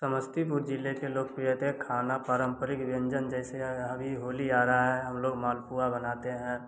समस्तीपुर जिले के लोग प्रयतः खाना पारंपरिक व्यंजन जैसे अभी होली आ रहा है हम लोग मालपुआ बनाते हैं